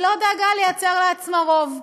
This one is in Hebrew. היא לא דאגה לייצר לעצמה רוב.